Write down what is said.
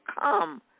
come